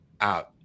out